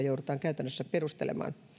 joudutaan käytännössä perustelemaan